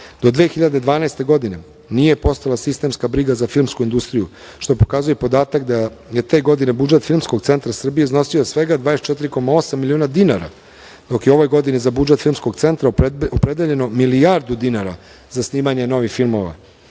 2012. godine nije postojala sistemska briga za filmsku industriju, što pokazuje i podatak da je te godine budžet Filmskog centra Srbije iznosi svega 24,8 miliona dinara, dok je ove godine za budžet Filmskog centra opredeljeno milijardu dinara za snimanje novih filmova.